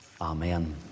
Amen